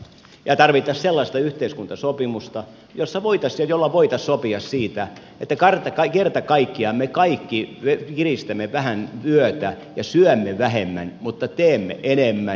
tarvittaisiin sellaista yhteiskuntasopimusta jossa voitaisiin ja jolla voitaisiin sopia siitä että kerta kaikkiaan me kaikki kiristämme vähän vyötä ja syömme vähemmän mutta teemme enemmän